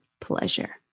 pleasure